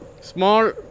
small